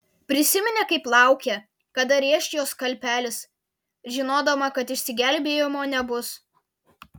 prisiminė kaip laukė kada rėš jo skalpelis žinodama kad išsigelbėjimo nebus